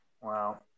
wow